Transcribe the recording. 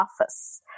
office